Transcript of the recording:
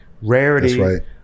rarity